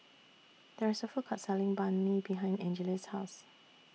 There IS A Food Court Selling Banh MI behind Angeles' House